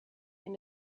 and